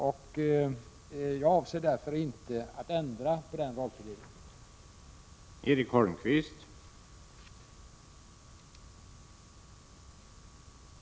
Således avser jag inte att ändra på den rollfördelningen.